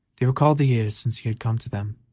they recalled the years since he had come to them,